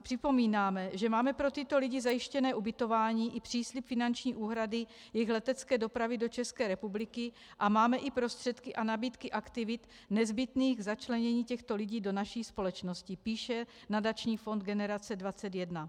Připomínáme, že máme pro tyto lidi zajištěné ubytování i příslib finanční úhrady jejich letecké dopravy do České republiky a máme i prostředky a nabídky aktivit nezbytných k začlenění těchto lidí do naší společnosti, píše nadační fond Generace 21.